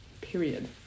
Period